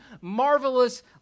marvelous